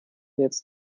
jetzt